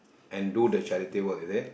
and do the charity work is it